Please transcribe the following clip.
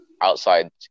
outside